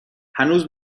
هنوز